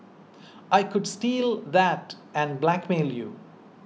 I could steal that and blackmail you